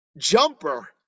jumper